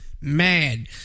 mad